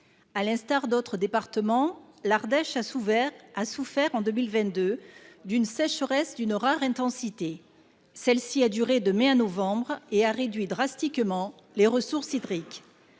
À l'instar d'autres départements, l'Ardèche a souffert d'une sécheresse d'une rare intensité en 2022. Celle-ci a duré de mai à novembre et a réduit drastiquement les ressources hydriques.